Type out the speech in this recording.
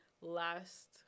last